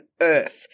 earth